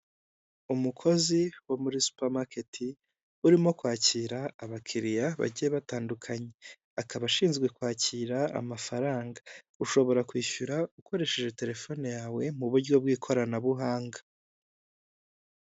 Umukozi wo muri supermarket urimo kwakira abakiriya bagiye batandukanye, akaba ashinzwe kwakira amafaranga, ushobora kwishyura ukoresheje telefone yawe, mu buryo bw'ikoranabuhanga.